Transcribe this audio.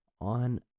on